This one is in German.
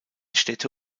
städte